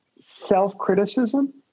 self-criticism